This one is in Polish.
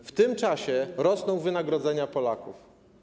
W tym czasie rosły wynagrodzenia Polaków.